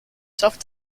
self